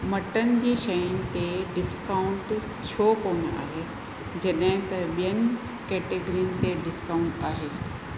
mutton जी शयुनि ते डिस्काउंट छो कोन्ह आहे जॾहिं त ॿियनि कैटेगरियुनि ते डिस्काउंट आहे